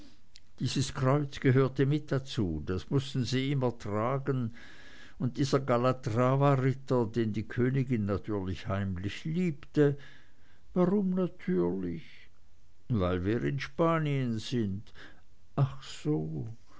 dies kreuz gehörte mit dazu das mußten sie immer tragen und dieser kalatravaritter den die königin natürlich heimlich liebte warum natürlich weil wir in spanien sind ach so